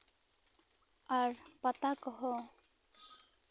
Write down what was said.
ᱟᱨ ᱯᱟᱛᱟ ᱠᱚᱦᱚᱸ